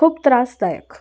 खूब त्रासदायक